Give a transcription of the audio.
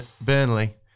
Burnley